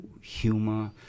humor